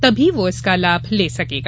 तभी वह इसका लाभ ले सकेगा